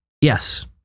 yes